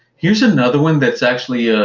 here's another one that's actually ah